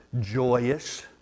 joyous